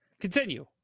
Continue